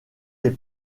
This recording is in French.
des